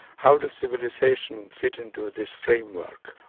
how does civilisation fit into this framework?